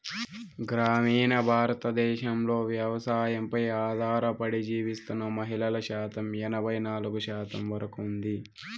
గ్రామీణ భారతదేశంలో వ్యవసాయంపై ఆధారపడి జీవిస్తున్న మహిళల శాతం ఎనబై నాలుగు శాతం వరకు ఉంది